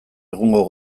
egungo